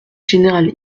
général